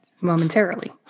momentarily